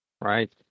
Right